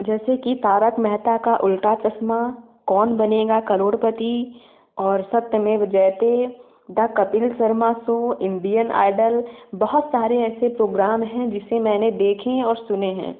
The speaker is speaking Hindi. जैसे कि तारक मेहता का उलटा चश्मा कौन बनेगा करोड़पति और Satyamev Jayate the Kapil Sharma show Indian Idol बहुत सारे ऐसे प्रोग्राम हैं जिसे मैंने देखें और सुने हैं